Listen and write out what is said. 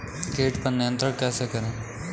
कीट पर नियंत्रण कैसे करें?